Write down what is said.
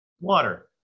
Water